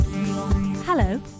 Hello